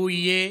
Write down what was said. והוא יהיה